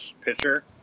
pitcher